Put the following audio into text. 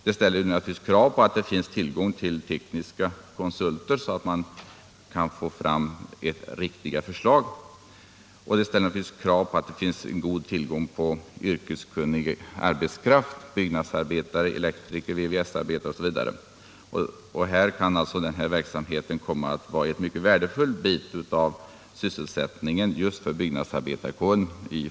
Det krävs naturligtvis också tillgång till tekniska konsulter, så att man kan få ett riktigt förslag, och det är givetvis nödvändigt med yrkeskunnig arbetskraft — byggnadsarbetare, elektriker, VVS-arbetare m.fl. Den här verksamheten kan i fortsättningen komma att vara en mycket värdefull del av sysselsättningen för just byggnadsarbetarkåren.